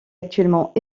actuellement